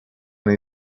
nei